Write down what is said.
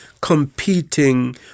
competing